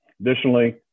Additionally